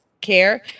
care